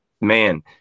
man